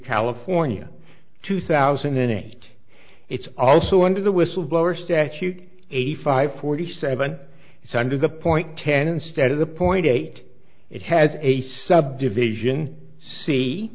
california two thousand and eight it's also under the whistleblower statute eighty five forty seven it's under the point ten instead of the point eight it has a subdivision